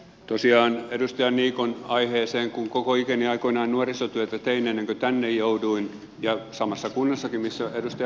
tosiaan edustaja niikon aiheeseen kun koko ikäni aikoinani nuorisotyötä tein ennen kuin tänne jouduin ja samassa kunnassakin kuin edustaja brax